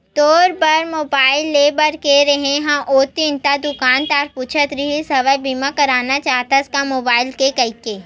तोर बर मुबाइल लेय बर गे रेहें हव ओ दिन ता दुकानदार पूछत रिहिस हवय बीमा करना चाहथस का गा मुबाइल के कहिके